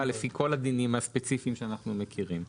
לפי כל הדינים הספציפיים שאנחנו מכירים.